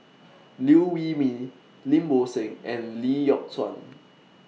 Liew Wee Mee Lim Bo Seng and Lee Yock Suan